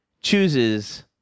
chooses